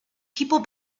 people